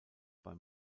bei